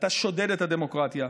אתה שודד את הדמוקרטיה,